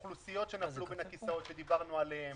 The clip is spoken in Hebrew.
אוכלוסיות שנפלו בין הכיסאות שדיברנו עליהן,